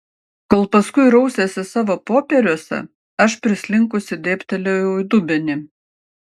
kol paskui rausėsi savo popieriuose aš prislinkusi dėbtelėjau į dubenį